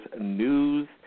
news